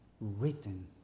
written